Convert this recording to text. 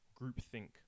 groupthink